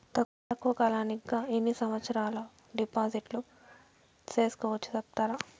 తక్కువ కాలానికి గా ఎన్ని సంవత్సరాల కు డిపాజిట్లు సేసుకోవచ్చు సెప్తారా